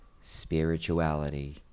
spirituality